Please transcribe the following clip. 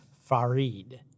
Farid